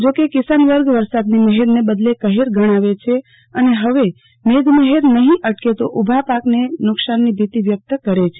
જોકે કિસાન વર્ગ વરસાદની મહેરને બદલ કહેર ગણાવે છે અને હવ મેઘમહર નહિં અટક તો ઉભા પાકને નુકશાનની ભીતિ વ્યકત કરે છે